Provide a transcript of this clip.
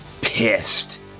pissed